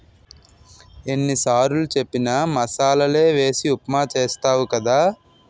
ఎన్ని సారులు చెప్పిన మసాలలే వేసి ఉప్మా చేస్తావు కదా